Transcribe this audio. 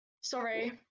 Sorry